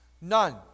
None